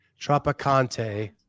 Tropicante